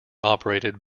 operated